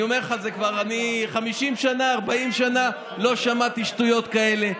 אני אומר לך, 40, 50 שנה לא שמעתי שטויות כאלה.